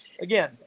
again